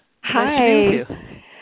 Hi